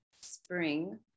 spring